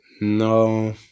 No